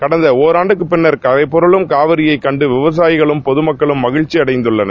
கடந்த ஒராண்டுக்கு பின்னர் கரைபுரளும் காவிரியைக் கண்டு விவசாயிகளும் பொதுமக்களும் மகிழ்ச்சி அடைந்துள்ளனர்